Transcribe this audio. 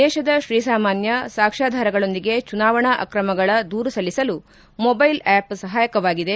ದೇಶದ ಶ್ರೀಸಾಮಾನ್ಯ ಸಾಕ್ಷ್ಯಾಧಾರಗಳೊಂದಿಗೆ ಚುನಾವಣಾ ಅಕ್ರಮಗಳ ದೂರು ಸಲ್ಲಿಸಲು ಮೊಬೈಲ್ ಆ್ಕಪ್ ಸಹಾಯಕವಾಗಿದೆ